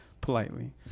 politely